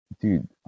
Dude